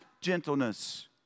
gentleness